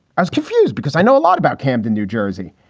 i was confused because i know a lot about camden, new jersey.